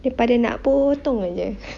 dia pada nak potong saje